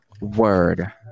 word